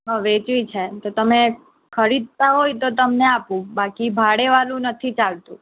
હં વેચવી છે ને તો તમે ખરીદતા હોય તો તમને આપું બાકી ભાડેવાળું નથી ચાલતું